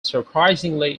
surprisingly